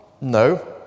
No